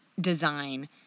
design